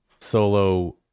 solo